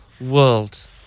world